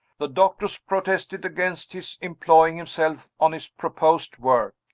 the doctors protested against his employing himself on his proposed work.